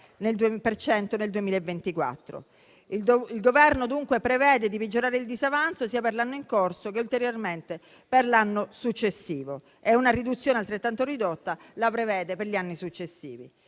nel 2024. Il Governo, dunque, prevede di peggiorare il disavanzo sia per l'anno in corso che ulteriormente per l'anno successivo e una ulteriore riduzione la prevede per gli anni successivi.